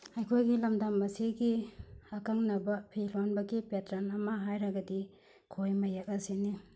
ꯑꯩꯈꯣꯏꯒꯤ ꯂꯝꯗꯝ ꯑꯁꯤꯒꯤ ꯑꯀꯛꯅꯕ ꯐꯤ ꯂꯣꯟꯕꯒꯤ ꯄꯦꯇꯔꯟ ꯑꯃ ꯍꯥꯏꯔꯒꯗꯤ ꯈꯣꯏ ꯃꯌꯦꯛ ꯑꯁꯤꯅꯤ